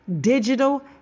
digital